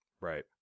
Right